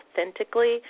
authentically